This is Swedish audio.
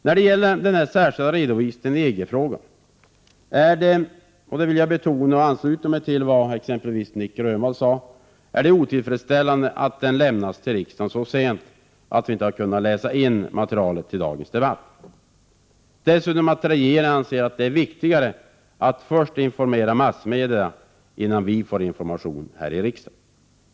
När det gäller den särskilda redovisningen i EG-frågan är det — det vill jag betona, och jag ansluter mig här till vad exempelvis Nic Grönvall sade — otillfredsställande att den har lämnats till riksdagen så sent att vi inte har hunnit läsa in materialet till dagens debatt. Likaså är det otillfredsställande att regeringen anser det viktigare att först informera massmedierna innan vi får information här i riksdagen.